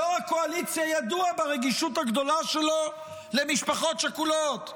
יו"ר הקואליציה ידוע ברגישות הגדולה שלו למשפחות שכולות,